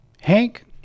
Hank